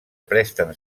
presten